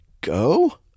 go